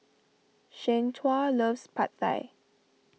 Shanequa loves Pad Thai